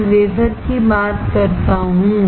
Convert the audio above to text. मैं वेफर की बात कर रहा हूं